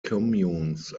communes